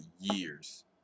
years